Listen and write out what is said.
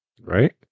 Right